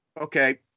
Okay